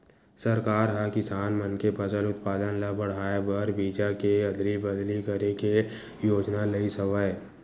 सरकार ह किसान मन के फसल उत्पादन ल बड़हाए बर बीजा के अदली बदली करे के योजना लइस हवय